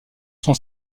son